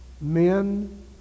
Men